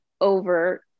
over